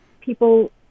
people